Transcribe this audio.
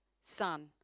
son